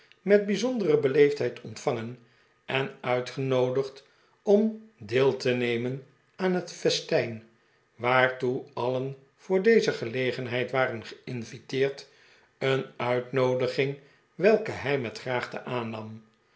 met bijzondere beleef dheid ontvangen en uitgenoodigd om deel te nemen aan het festijn waartoe alien voor deze gelegenheid waren gei'nviteerd een uitnoodiging welke hij met graagte aannam